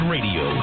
Radio